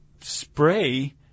spray